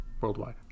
worldwide